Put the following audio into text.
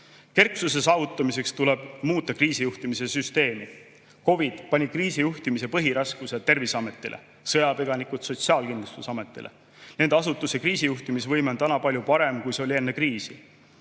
Kerksuse saavutamiseks tuleb muuta kriisijuhtimise süsteemi. COVID pani kriisijuhtimise põhiraskuse Terviseametile, sõjapõgenikud Sotsiaalkindlustusametile. Nende asutuste kriisijuhtimisvõime on täna palju parem, kui see oli enne kriisi.